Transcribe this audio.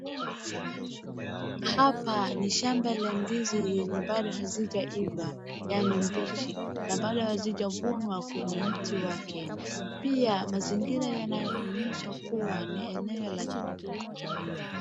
Hapa ni shamba la ndizi yenye bado hazijaiva, yani mbichi na bado hazijavunwa kwenye mti wake. Pia mazingira yanayoonyesha kuwa ni eneo la kijijini.